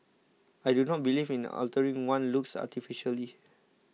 I do not believe in altering one's looks artificially